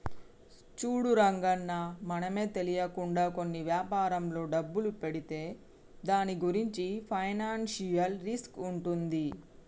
చూడు రంగన్న మనమే తెలియకుండా కొన్ని వ్యాపారంలో డబ్బులు పెడితే దాని గురించి ఫైనాన్షియల్ రిస్క్ ఉంటుంది